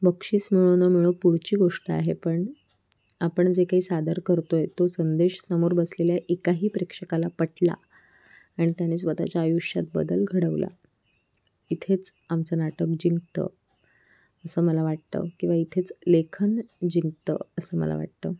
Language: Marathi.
बक्षीस मिळो न मिळो पुढची गोष्ट आहे पण आपण जे काही सादर करतो आहे तो संदेश समोर बसलेल्या एका ही प्रेक्षकाला पटला आणि त्याने स्वतःच्या आयुष्यात बदल घडवला इथेच आमचं नाटक जिंकतं असं मला वाटतं किंवा इथेच लेखन जिंकतं असं मला वाटतं